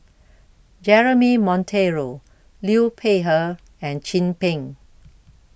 Jeremy Monteiro Liu Peihe and Chin Peng